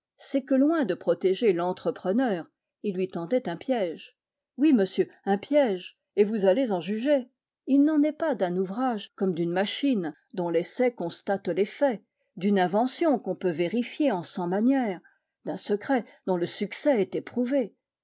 c'est que loin de protéger l'entrepreneur il lui tendait un piège oui monsieur un piège et vous allez en juger il n'en est pas d'un ouvrage comme d'une machine dont l'essai constate l'effet d'une invention qu'on peut vérifier en cent manières d'un secret dont le succès est éprouvé